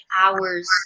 hours